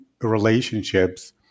relationships